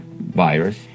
virus